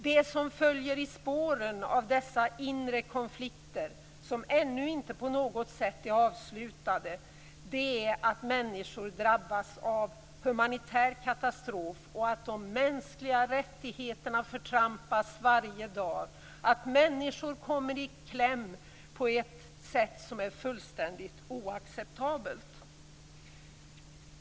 Det som följer i spåren av dessa inre konflikter, som ännu inte på något sätt är avlutade, är att människor drabbas av humanitära katastrofer och att de mänskliga rättigheterna förtrampas varje dag, att människor kommer i kläm på ett sätt som är fullständigt oacceptabelt.